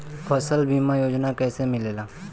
फसल बीमा योजना कैसे मिलेला?